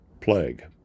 plague